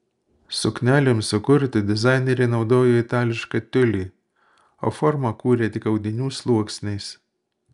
suknelėms sukurti dizainerė naudojo itališką tiulį o formą kūrė tik audinių sluoksniais